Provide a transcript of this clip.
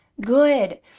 good